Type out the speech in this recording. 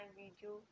video